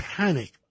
panic